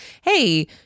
hey